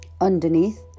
Underneath